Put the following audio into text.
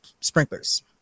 sprinklers